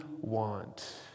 want